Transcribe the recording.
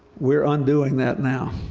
we're undoing that now,